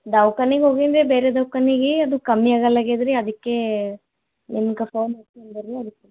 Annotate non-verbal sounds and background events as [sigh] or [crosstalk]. ದವಾಖಾನಿಗ್ ಹೋಗೀನ್ ರೀ ಬೇರೆ ದವಾಖಾನಿಗೆ ಅದು ಕಮ್ಮಿ ಆಗಲ್ಲಾಗ್ಯಾದೆ ರೀ ಅದಕ್ಕೇ ನಿಮ್ಗೆ ಫೋನ್ [unintelligible]